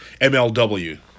MLW